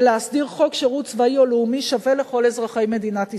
ולהסדיר חוק שירות צבאי או לאומי שווה לכל אזרחי מדינת ישראל.